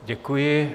Děkuji.